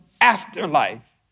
afterlife